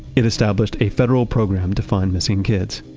it established a federal program to find missing kids.